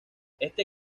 este